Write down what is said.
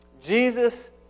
Jesus